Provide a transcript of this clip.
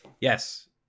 yes